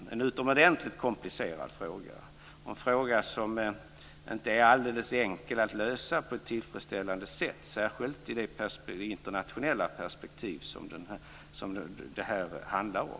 Det är en utomordentligt komplicerad fråga, och en fråga som inte är alldeles enkel att lösa på ett tillfredsställande sätt, särskilt i det internationella perspektiv som det här handlar om.